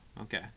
okay